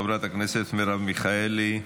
חברת הכנסת מרב מיכאלי,